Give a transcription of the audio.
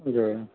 جی